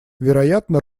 вероятно